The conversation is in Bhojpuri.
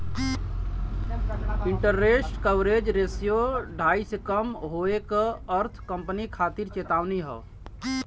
इंटरेस्ट कवरेज रेश्यो ढाई से कम होये क अर्थ कंपनी खातिर चेतावनी हौ